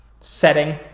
setting